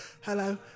Hello